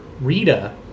Rita